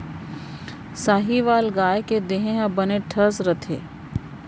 साहीवाल गाय के देहे ह बने ठस रथे